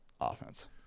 offense